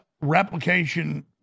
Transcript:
replication